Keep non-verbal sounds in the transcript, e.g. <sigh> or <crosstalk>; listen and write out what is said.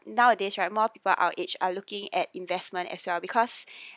nowadays right more people our age are looking at investment as well because <breath>